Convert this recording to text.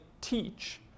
teach